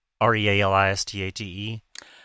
R-E-A-L-I-S-T-A-T-E